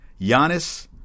Giannis